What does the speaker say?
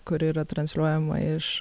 kuri yra transliuojama iš